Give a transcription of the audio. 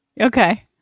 Okay